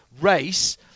race